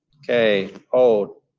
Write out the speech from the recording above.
okay, hold.